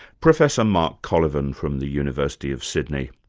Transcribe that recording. professor mark colyvan from the university of sydney.